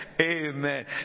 Amen